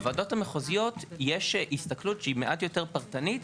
בוועדות המחוזיות יש הסתכלות שהיא מעט יותר פרטנית,